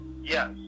Yes